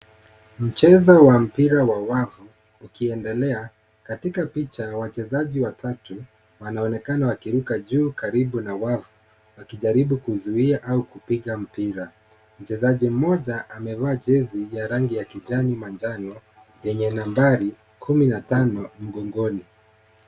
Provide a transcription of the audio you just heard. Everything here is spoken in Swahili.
Mchezo wa mpira wa wavu ukiendelea katika picha ya wachezaji watatu wanaonekana wakiruka juu karibu wafu wakijaribu kuzuia au kupiga mpira, mchezaji mmoja amevaa jezi ya rangi ya kijani manjano yenye nambari kumi na tano mgongoni.